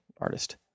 artist